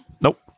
Nope